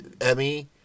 Emmy